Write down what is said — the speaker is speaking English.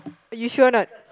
you sure or not